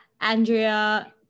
Andrea